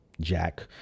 Jack